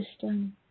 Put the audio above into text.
system